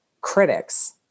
critics